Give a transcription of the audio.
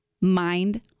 mind